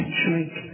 drink